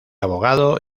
abogado